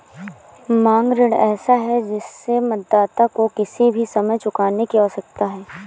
मांग ऋण ऐसा है जिससे ऋणदाता को किसी भी समय चुकाने की आवश्यकता है